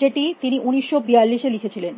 যেটি তিনি 1942 এ লিখেছিলেন